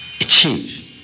achieve